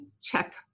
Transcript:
check